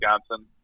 Wisconsin